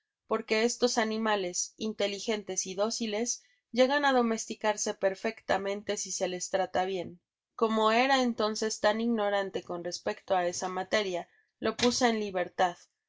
porque estos animales inteligentes y dóciles llegan á domesticarse perfectamente si se les trata bien como era entonces tan ignorante con respecto á esa materia lo puse en libertad